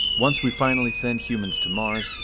once we finally send humans to mars,